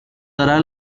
dará